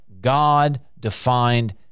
God-defined